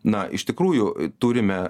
na iš tikrųjų turime